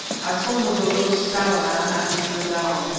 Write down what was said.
i saw mavovo stab a man and go down.